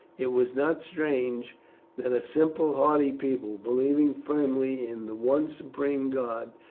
it was not strange that a simple hardy people, believing firmly in the one supreme god,